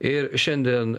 ir šiandien